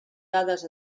dades